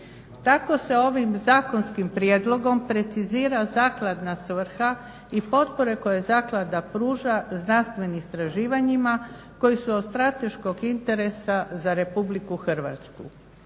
Tako se ovim zakonskim prijedlogom precizira zakladna svrha i potpore koje zaklada pruža znanstvenim istraživanjima koji su od strateškog interesa za Republiku Hrvatsku.